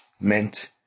meant